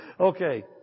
Okay